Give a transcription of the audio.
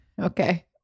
okay